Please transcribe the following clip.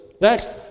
Next